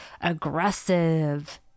aggressive